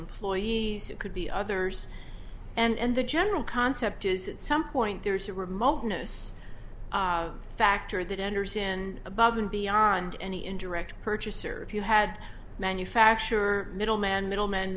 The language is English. employees who could be others and the general concept is at some point there's a remoteness factor that enters in above and beyond any indirect purchaser if you had manufacturer middlemen middlemen